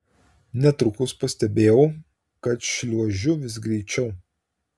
netrukus pastebėjau kad šliuožiu vis greičiau